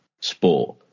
sport